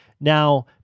Now